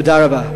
תודה רבה.